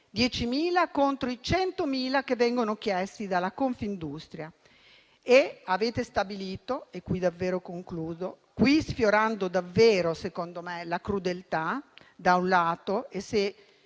(10.000 contro i 100.000 che vengono chiesti dalla Confindustria) e avete stabilito, qui sfiorando davvero, secondo me, la crudeltà da un lato e, se